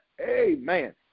amen